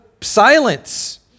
silence